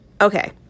Okay